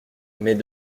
mais